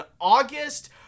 August